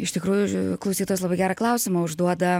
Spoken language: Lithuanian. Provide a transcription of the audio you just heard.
iš tikrųjų klausytojas labai gerą klausimą užduoda